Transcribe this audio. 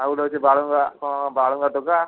ଆଉ ଗୋଟେ ହେଉଛି ବାଳୁଙ୍ଗା କଣ ବାଳୁଙ୍ଗା ଟୋକା